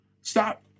Stop